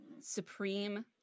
supreme